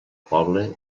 poble